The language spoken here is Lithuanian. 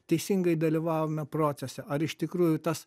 teisingai dalyvavome procese ar iš tikrųjų tas